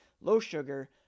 low-sugar